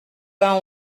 vingt